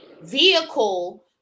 vehicle